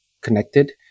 connected